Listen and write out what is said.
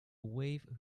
wave